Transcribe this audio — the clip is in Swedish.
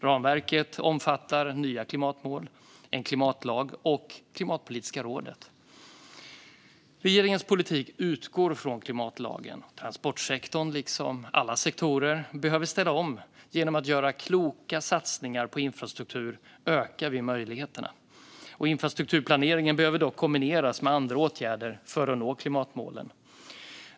Ramverket omfattar nya klimatmål, en klimatlag och Klimatpolitiska rådet. Regeringens politik utgår från klimatlagen. Transportsektorn, liksom alla sektorer, behöver ställa om. Genom att göra kloka satsningar på infrastruktur ökar vi möjligheterna. Infrastrukturplaneringen behöver dock kombineras med andra åtgärder för att nå klimatmålen.